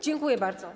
Dziękuję bardzo.